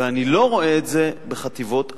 ואני לא רואה את זה בחטיבות הביניים.